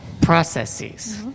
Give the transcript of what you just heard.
processes